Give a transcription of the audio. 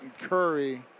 Curry